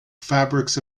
fabrics